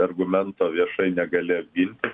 argumento viešai negali apginti